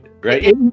Right